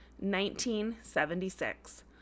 1976